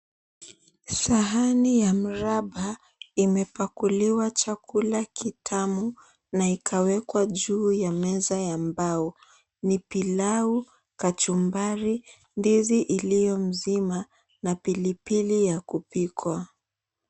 Sahani ya mraba imepakuliwa chakula kitamu, na ikawekwa juu ya meza ya mbao. Ni pilau, kachumbari, ndizi iliyo mzima, na pilipili ya kupikwa.